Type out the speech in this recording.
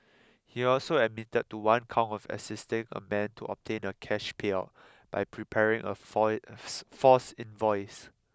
he also admitted to one count of assisting a man to obtain a cash payout by preparing a false invoice